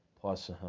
plus